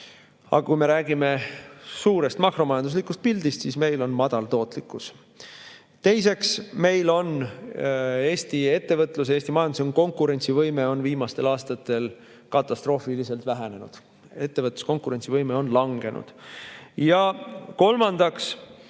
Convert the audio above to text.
Aga kui me räägime suurest makromajanduslikust pildist, siis meil on madal tootlikkus. Teiseks, Eesti ettevõtluse, Eesti majanduse konkurentsivõime on viimastel aastatel katastroofiliselt vähenenud, ettevõtluse konkurentsivõime on langenud. Kolmandaks,